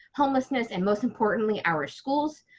homelessness and most importantly our schools.